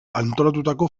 antolatutako